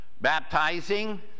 baptizing